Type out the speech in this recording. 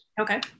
Okay